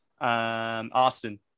Austin